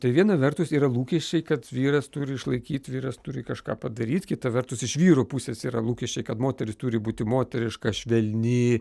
tai viena vertus yra lūkesčiai kad vyras turi išlaikyt vyras turi kažką padaryt kita vertus iš vyro pusės yra lūkesčiai kad moteris turi būti moteriška švelni